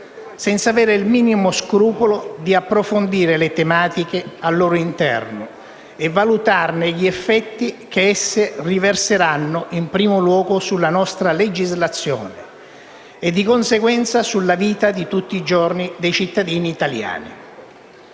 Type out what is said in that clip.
senza avere il minimo scrupolo di approfondire le tematiche al loro interno e valutarne gli effetti che esse riverseranno in primo luogo sulla nostra legislazione e, di conseguenza, sulla vita di tutti i giorni dei cittadini italiani.